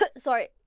sorry